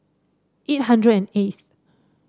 eight hundred and eighth